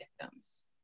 victims